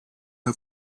her